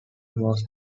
was